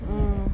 mm